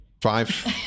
Five